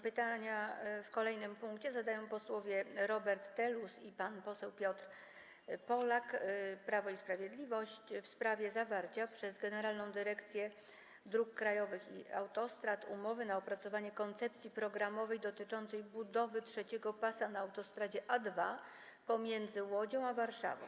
Pytania w kolejnym punkcie zadają panowie posłowie Robert Telus i Piotr Polak, Prawo i Sprawiedliwość - pytanie w sprawie zawarcia przez Generalną Dyrekcję Dróg Krajowych i Autostrad umowy na opracowanie koncepcji programowej dotyczącej budowy trzeciego pasa na autostradzie A2 pomiędzy Łodzią a Warszawą.